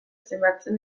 zenbatzen